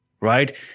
right